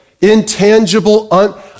Intangible